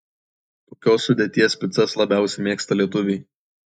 kokios sudėties picas labiausiai mėgsta lietuviai